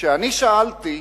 כששאלתי,